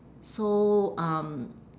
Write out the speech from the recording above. so um